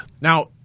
Now